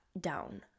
down